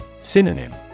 Synonym